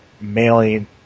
mailing